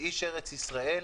כאיש ארץ ישראל,